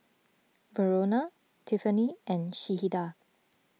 Verona Tiffany and Sheilah